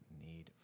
need